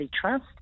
Trust